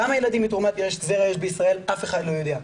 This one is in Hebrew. כמה ילדים מתרומת זרע יש בישראל, אף אחד לא יודע.